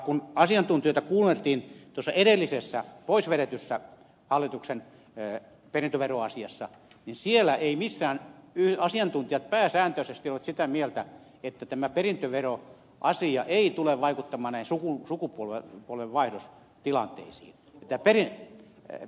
kun asiantuntijoita kuunneltiin tuossa edellisessä pois vedetyssä hallituksen perintöveroasiassa niin siellä asiantuntijat pääsääntöisesti olivat sitä mieltä että tämä perintöveroasia ei tule vaikuttamaan ei suju sukupuolen puolenvaihdos tila näihin sukupolvenvaihdostilanteisiin kun peritään